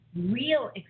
real